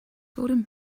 golden